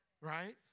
right